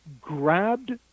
grabbed